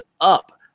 up